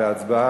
וההצבעה